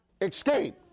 escape